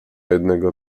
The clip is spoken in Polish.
jednego